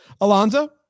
Alonzo